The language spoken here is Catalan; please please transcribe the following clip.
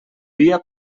dia